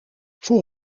voor